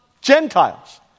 Gentiles